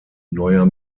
neuer